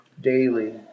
daily